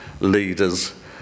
leaders